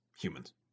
humans